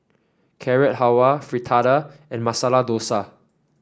Carrot Halwa Fritada and Masala Dosa